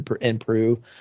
improve